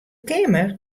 keamer